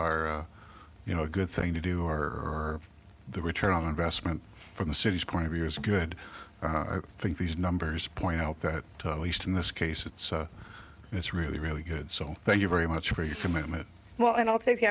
are you know a good thing to do or the return on investment from the city's point of view is good i think these numbers point out that least in this case it's it's really really good so thank you very much for your commitment well and i'll take the